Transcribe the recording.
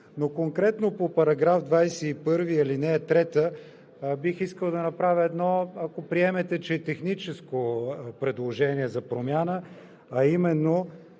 Но конкретно по § 21, ал. 3 бих искал да направя едно – ако приемете, че е техническо предложение за промяна, а именно,